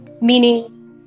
Meaning